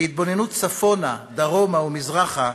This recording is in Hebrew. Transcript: בהתבוננות צפונה, דרומה ומזרחה,